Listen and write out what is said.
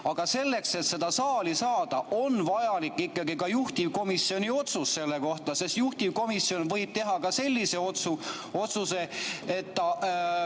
Aga selleks, et seda saali tuua, on vajalik ka juhtivkomisjoni otsus selle kohta. Juhtivkomisjon võib teha ka sellise otsuse, et ta